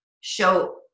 show